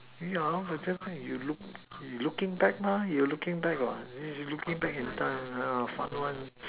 yeah but just now you looking back you looking back what yeah fun one